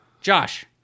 Josh